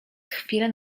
chwilę